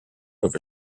over